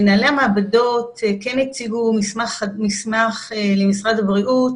מנהלי המעבדות כן הציגו מסמך למשרד הבריאות